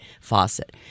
faucet